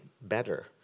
better